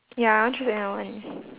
ya I want choose another one